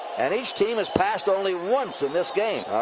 and each team has passed only once in this game.